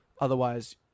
Otherwise